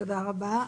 תודה רבה.